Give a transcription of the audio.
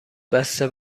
بسته